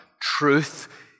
truth